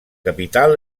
capital